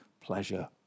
pleasure